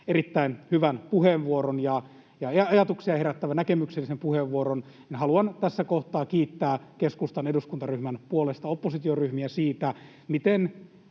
erittäin hyvän, ajatuksia herättävän ja näkemyksellisen puheenvuoron, haluan tässä kohtaa kiittää keskustan eduskuntaryhmän puolesta oppositioryhmiä siitä, miten